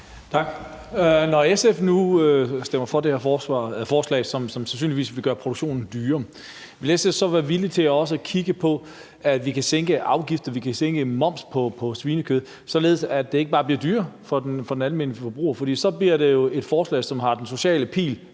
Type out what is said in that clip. Når SF nu stemmer for det her forslag, som sandsynligvis vil gøre produktionen dyrere, vil SF så være villig til også at kigge på, at vi kan sænke afgifter og moms på svinekød, således at det ikke bare bliver dyrere for den almindelige forbruger? For ellers bliver det jo et forslag, som har den sociale pil